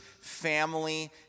family